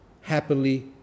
happily